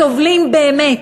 סובלים באמת,